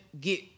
get